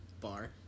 bar